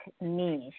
niche